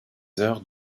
heures